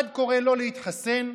אחד קורא לא להתחסן,